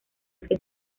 censo